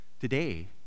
Today